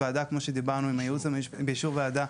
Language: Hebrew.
ובאישור ועדה,